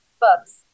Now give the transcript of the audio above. books